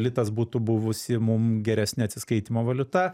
litas būtų buvusi mum geresnė atsiskaitymo valiuta